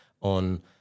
on